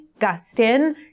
Gustin